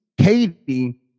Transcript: katie